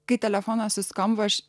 kai telefonas suskambo aš